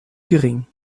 gering